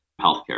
healthcare